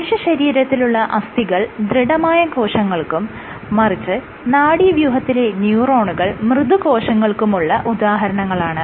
മനുഷ്യ ശരീരത്തിലുള്ള അസ്ഥികൾ ദൃഢമായ കോശങ്ങൾക്കും മറിച്ച് നാഡീവ്യൂഹത്തിലെ ന്യൂറോണുകൾ മൃദുകോശങ്ങൾക്കുമുള്ള ഉദാഹരണങ്ങളാണ്